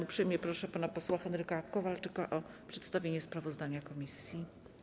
Uprzejmie proszę pana posła Henryka Kowalczyka o przedstawienie sprawozdania komisji.